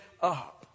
up